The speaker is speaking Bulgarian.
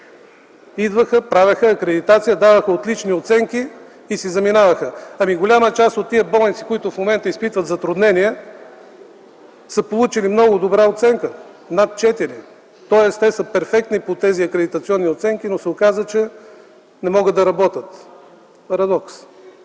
Идваха, правеха акредитация, даваха отлични оценки и си заминаваха. Голяма част от тия болници, които в момента изпитват затруднения, са получили много добра оценка – над четири. Тоест те са перфектни по тези акредитационни оценки, но се оказа, че не могат да работят. Парадокс!